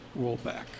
rollback